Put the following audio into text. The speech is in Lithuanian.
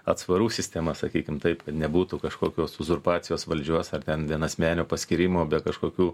atsvarų sistema sakykim taip nebūtų kažkokios uzurpacijos valdžios ar ten vienasmenio paskyrimo be kažkokių